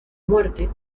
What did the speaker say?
muerte